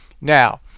now